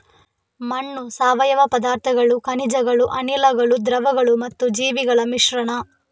ಮಣ್ಣು ಸಾವಯವ ಪದಾರ್ಥಗಳು, ಖನಿಜಗಳು, ಅನಿಲಗಳು, ದ್ರವಗಳು ಮತ್ತು ಜೀವಿಗಳ ಮಿಶ್ರಣ